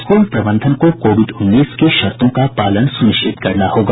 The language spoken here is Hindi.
स्कुल प्रबंधन को कोविड उन्नीस की शर्तों का पालन सुनिश्चित करना होगा